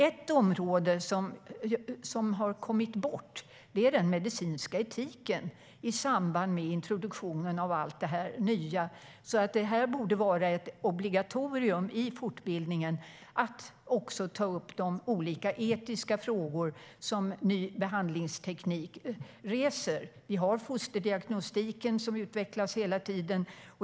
Ett område som har kommit bort i samband med introduktionen av allt det nya är den medicinska etiken. Det borde vara ett obligatorium i fortbildningen att också ta upp de olika etiska frågor som ny behandlingsteknik väcker. Fosterdiagnostiken utvecklas hela tiden.